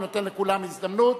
אני נותן לכולם הזדמנות.